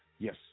Yes